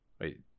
Wait